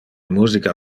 musica